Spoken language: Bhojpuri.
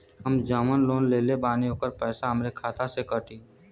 हम जवन लोन लेले बानी होकर पैसा हमरे खाते से कटी?